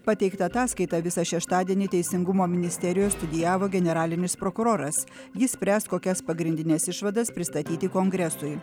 pateiktą ataskaitą visą šeštadienį teisingumo ministerijoj studijavo generalinis prokuroras jis spręs kokias pagrindines išvadas pristatyti kongresui